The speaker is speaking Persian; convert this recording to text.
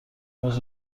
ماه